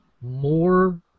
more